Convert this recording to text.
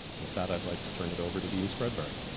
with that, i'd like to turn it over to dean spreadbury.